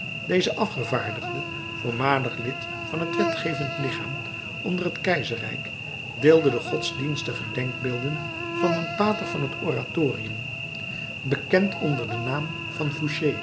deze afgevaardigde voormalig lid van het wetgevend lichaam onder het keizerrijk deelde de godsdienstige denkbeelden van een pater van het oratorium bekend onder den naam van